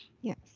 Yes